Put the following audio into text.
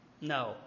No